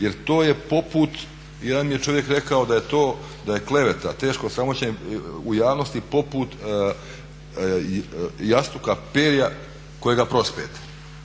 jer to je poput, jedan mi je čovjek rekao da je kleveta teško sramoćenje u javnosti poput jastuka perja kojega prospete.